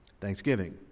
thanksgiving